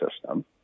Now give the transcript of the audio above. system